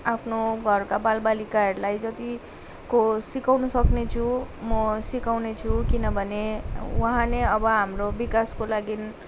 आफ्नो घरका बाल बालिकाहरूलाई जतिको सिकाउन सक्नेछु म सिकाउने छु किनभने उहाँ नै अब हाम्रो विकासको लागि